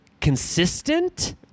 consistent